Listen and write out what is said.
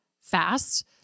fast